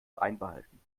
einbehalten